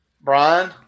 Brian